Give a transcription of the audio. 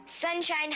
Sunshine